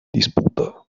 disputa